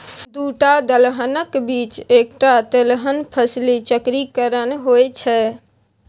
दूटा दलहनक बीच एकटा तेलहन फसली चक्रीकरण होए छै